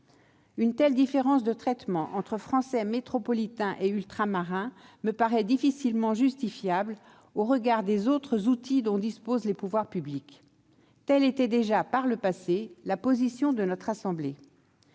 Une telle différence de traitement entre Français métropolitains et Français ultramarins me paraît difficilement justifiable, eu égard aux autres outils dont disposent les pouvoirs publics. Telle était déjà, par le passé, la position de notre assemblée.